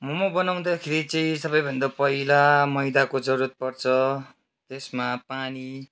मोमो बनाउँदाखेरि चाहिँ सबैभन्दा पहिला मैदाको जरुरत पर्छ त्यसमा पानी